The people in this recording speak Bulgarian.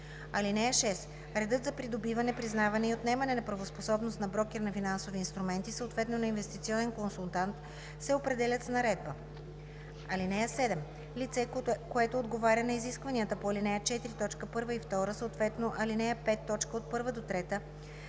време. (6) Редът за придобиване, признаване и отнемане на правоспособност на брокер на финансови инструменти, съответно на инвестиционен консултант, се определят с наредба. (7) Лице, което отговаря на изискванията по ал. 4, т. 1 и 2, съответно ал. 5, т. 1 – 3,